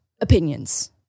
opinions